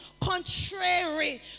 contrary